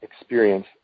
experience